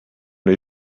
les